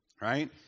right